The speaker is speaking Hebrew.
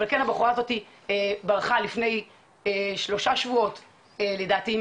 אבל הבחורה הזאת ברחה לפני שלושה שבועות מ"מסילה".